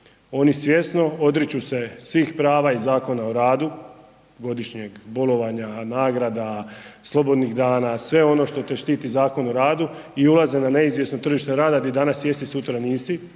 oni svjesno odriču se svih prava i Zakona o radu, godišnjeg bolovanja, nagrada, slobodnih dana sve ono što te štiti Zakon o radu i ulaze na neizvjesno tržište rada gdje danas jesi, sutra nisi,